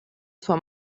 sua